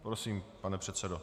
Prosím, pane předsedo.